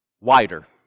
wider